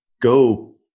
go